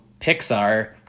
Pixar